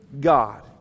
God